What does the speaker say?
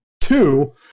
Two